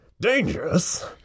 dangerous